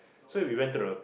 so we went to the